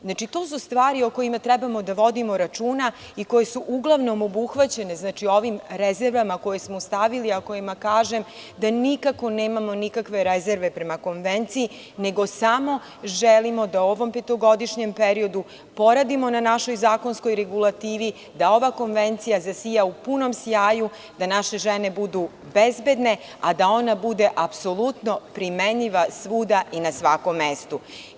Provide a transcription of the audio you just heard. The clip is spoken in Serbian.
Znači, to su stvari o kojima treba da vodimo računa i koje su uglavnom obuhvaćene ovim rezervama koje smo stavili, a kojima nikako nemamo nikakve rezerve prema konvenciji, nego samo želimo da u ovom petogodišnjem periodu poradimo na našoj zakonskoj regulativi, da ova konvencija zasija u punom sjaju, da naše žene budu bezbedne, a da ona bude apsolutno primenljiva svuda i na svakom mestu.